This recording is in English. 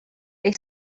they